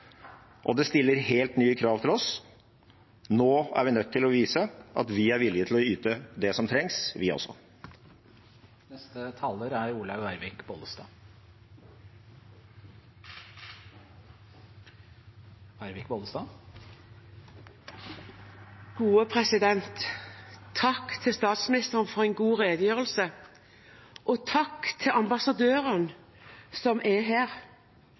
og det stiller helt nye krav til oss. Nå er vi nødt til å vise at vi er villige til å yte det som trengs, vi også. Takk til statsministeren for en god redegjørelse, og takk til ambassadøren som er her.